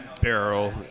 barrel